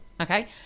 okay